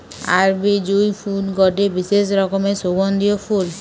আরবি জুঁই ফুল গটে বিশেষ রকমের সুগন্ধিও ফুল